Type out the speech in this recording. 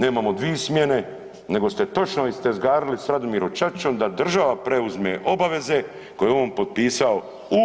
Nemamo dvi smjene, nego ste točno istezgarili sa Radimirom Čačićem da država preuzme obaveze koje je on potpisao u